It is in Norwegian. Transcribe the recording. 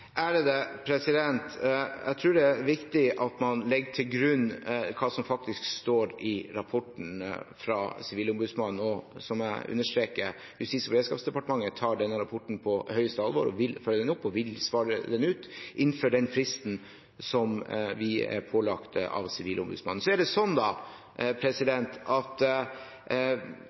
er viktig at man legger til grunn hva som faktisk står i rapporten fra Sivilombudsmannen. Som jeg understreker – Justis- og beredskapsdepartementet tar denne rapporten på høyeste alvor og vil følge den opp og svare den ut innenfor den fristen som vi er pålagt av Sivilombudsmannen. Så er det sånn at den fremstillingen som jeg opplever at